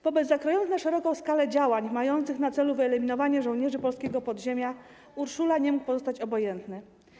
Wobec zakrojonych na szeroką skalę działań, mających na celu wyeliminowanie żołnierzy polskiego podziemia, „Urszula” nie mógł pozostać obojętny.